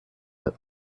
that